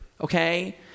Okay